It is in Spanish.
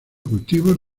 cultivos